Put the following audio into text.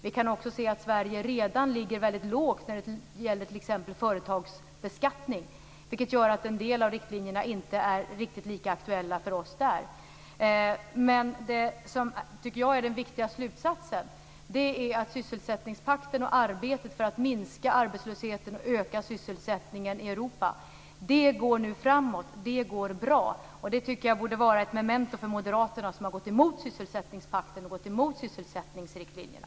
Vi kan också se att Sverige redan ligger väldigt lågt när det t.ex. gäller nivån för företagsbeskattning, vilket gör att en del av riktlinjerna inte är riktigt lika aktuella för oss. Den viktiga slutsatsen om sysselsättningspakten är att arbetet för att minska arbetslösheten och öka sysselsättningen i Europa nu går framåt, och det går bra. Det tycker jag är ett memento för moderaterna, som har gått emot sysselsättningspakten och sysselsättningsriktlinjerna.